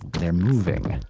they're moving.